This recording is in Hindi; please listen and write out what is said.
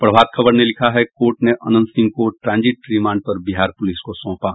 प्रभात खबर ने लिखा है कोर्ट ने अनंत सिंह को ट्रांजिट रिमांड पर बिहार पुलिस को सौंपा